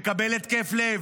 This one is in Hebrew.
מקבל התקף לב,